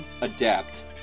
adapt